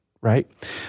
right